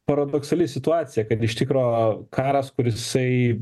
paradoksali situacija kad iš tikro karas kur jisai